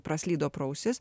praslydo pro ausis